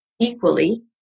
equally